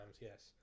yes